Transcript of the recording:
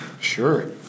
Sure